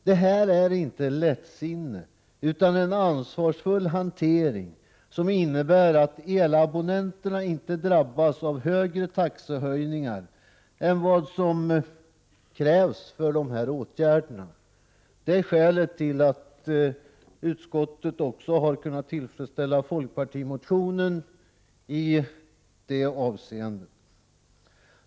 Det här är inte lättsinne utan en ansvarsfull hantering, som innebär att elabonnenterna inte drabbas av större taxehöjningar än vad som krävs för åtgärderna. Det är skälet till att utskottet också har kunnat tillfredsställa folkpartimotionen i det avseendet.